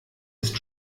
ist